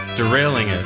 derailing it.